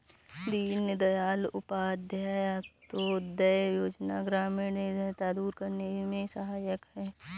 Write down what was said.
दीनदयाल उपाध्याय अंतोदय योजना ग्रामीण निर्धनता दूर करने में सहायक है